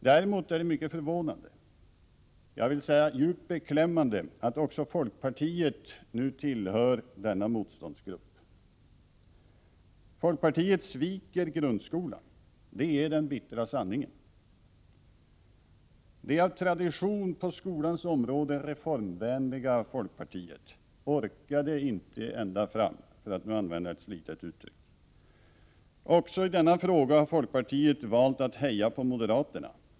Däremot är det mycket förvånande — ja, djupt beklämmande — att också folkpartiet nu tillhör denna motståndsgrupp. Folkpartiet sviker grundskolan. Det är den bittra sanningen. Det av tradition, på skolans område, reformvänliga folkpartiet orkade inte ända fram, för att använda ett slitet uttryck. Också i denna fråga har folkpartiet valt att ”heja” på moderaterna.